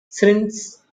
since